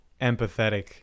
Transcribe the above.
empathetic